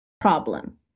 problem